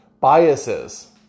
biases